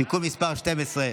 (תיקון מס' 12)